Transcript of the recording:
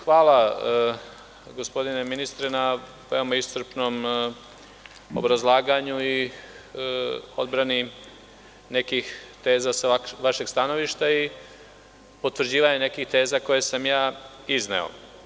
Hvala, gospodine ministre, na veoma iscrpnom obrazlaganju i odbrani nekih teza sa vašeg stanovišta i potvrđivanja nekih teza koje sam ja izneo.